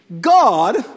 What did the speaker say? God